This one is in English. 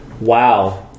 Wow